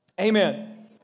Amen